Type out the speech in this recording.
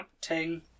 Ting